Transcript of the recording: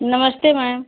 नमस्ते मैम